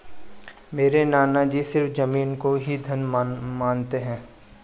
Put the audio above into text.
मेरे नाना जी सिर्फ जमीन को ही धन मानते हैं